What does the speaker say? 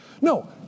No